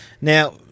Now